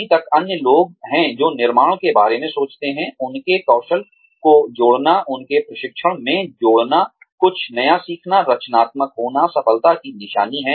अभी तक अन्य लोग हैं जो निर्माण के बारे मे सोचते हैं उनके कौशल को जोड़ना उनके प्रशिक्षण में जोड़ना कुछ नया सीखना रचनात्मक होना सफलता की निशानी है